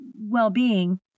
well-being